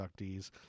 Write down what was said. inductees